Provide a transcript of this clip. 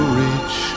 reach